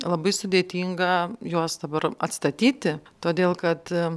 labai sudėtinga juos dabar atstatyti todėl kad